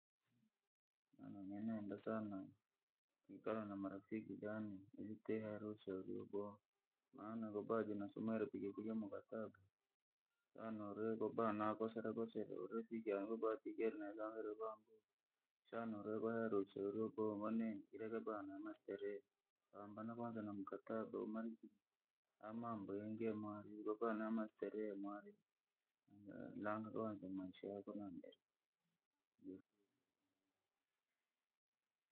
Nanyenenda sana, kwikara na marafiki gani? Umkeha ruso ruhoboa, maana robagi nasomaile pigepige mukatage, anore gobana goseragose robatigya robatigyer naela reva. Shano reva roso ruko wani ireleva na maskerye, ambanavoanza na mikakado, amambo yengemwalivokuwa na maseremwali, mlangonzwe mwasheng'oombe, jofye mwenye milimba.